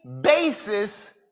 basis